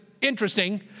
interesting